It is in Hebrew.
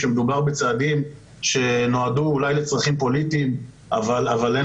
שמדובר בצעדים שנועדו אולי לצרכים פוליטיים אבל אין